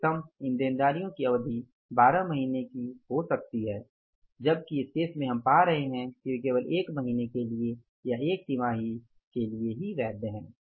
अधिकतम इन देनदारियों की अवधि 12 महीने की अवधि के लिए हो सकती है जबकि इस केस में हम पा रहे हैं कि वे केवल एक महीने के लिए या एक चौमाही या तिमाही के लिए ही वैध हैं